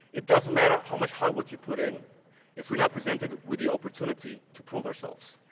it doesn't matter how much hard work you put in if we're not presented with the opportunity to prove ourselves.